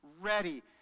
ready